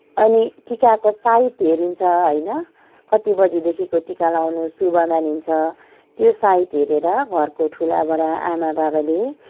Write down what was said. अनि टिकाको साइत हेरिन्छ अनि कति बजीदेखिको टिका लाउनु शुभ मानिन्छ त्यो साइत हेरेर घरको ठुलाबडाले आमाबाबाले